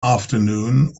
afternoon